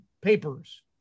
papers